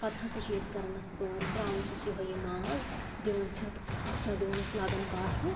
پَتہٕ ہَسا چھِ أسۍ کران کٲم ترٛاوان چھِس یہوے یہِ ماز دِوان چھِ اتھ اتھ چھ اتھ دِوان أسۍ لاگان کاشوٕ